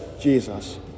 Jesus